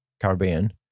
Caribbean